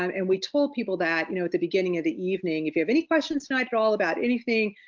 um and we told people that, you know at the beginning of the evening, if you have any questions tonight at all about anything,